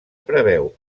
preveu